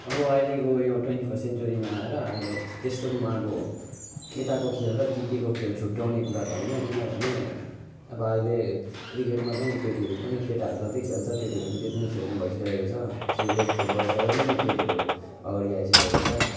अब अहिलेको यो ट्वेन्टी फर्स्ट सेन्चुरीमा होइन अहिले त्यस्तो पनि अब केटाको खेल र केटीको खेल छुट्याउने कुरा त होइन किनभने अब अहिले क्रिकेटमा पनि केटीहरू पनि केटाहरू जति खेल्छ केटीहरू पनि त्यति नै खेल्ने भइसकेको छ क्रिकेट फुटबल सबैमा नै केटीहरू अगाडि आइसकेको छ